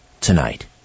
tonight